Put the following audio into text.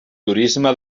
turisme